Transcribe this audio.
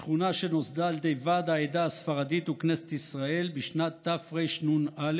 זאת שכונה שנוסדה על ידי ועד העדה הספרדית וכנסת ישראל בשנת תרנ"א,